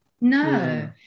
no